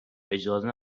اجازه